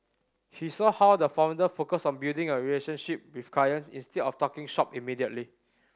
he saw how the founder focused on building a relationship with clients instead of talking shop immediately